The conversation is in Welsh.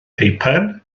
peipen